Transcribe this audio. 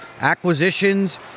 acquisitions